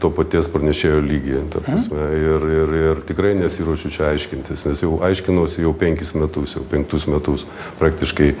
to paties pranešėjo lygį ta prasme ir ir ir tikrai nesiruošiu čia aiškintis nes jau aiškinausi jau penkis metus jau penktus metus praktiškai